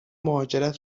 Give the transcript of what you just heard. مهاجرت